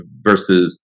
versus